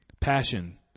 Passion